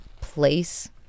place